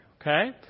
Okay